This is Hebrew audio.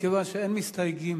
מכיוון שאין מסתייגים